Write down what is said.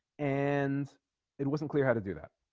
and it wasn't clear how to do that